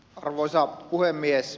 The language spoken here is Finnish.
arvoisa puhemies